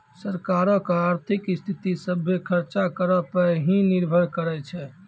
सरकारो के आर्थिक स्थिति, सभ्भे खर्च करो पे ही निर्भर करै छै